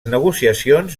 negociacions